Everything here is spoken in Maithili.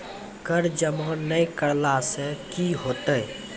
कर जमा नै करला से कि होतै?